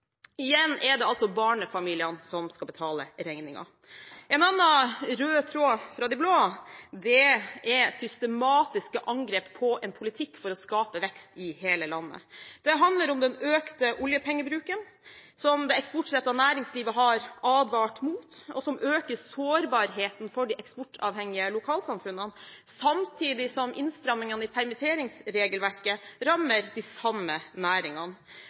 Igjen er det barnefamiliene som skal betale regningen. En annen rød tråd fra de blå er systematiske angrep på en politikk for å skape vekst i hele landet. Det handler om den økte oljepengebruken, som det eksportrettede næringslivet har advart mot, og som øker sårbarheten for de eksportavhengige lokalsamfunnene, samtidig som innstramningene i permitteringsregelverket rammer de samme næringene.